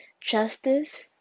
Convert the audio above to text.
justice